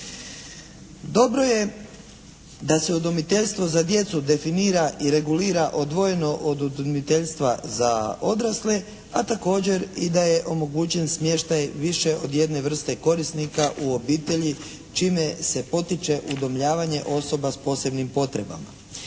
Dobro je da se udomiteljstvo za djecu definira i regulira odvojeno od udomiteljstva za odrasle, a također i da je omogućen smještaj više od jedne vrste korisnika u obitelji čime se potiče udomljavanje osoba s posebnim potrebama.